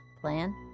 plan